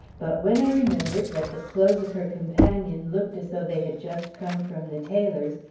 but when i remembered that the clothes of her companion looked as though they had just come from the tailor's,